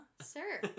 Sir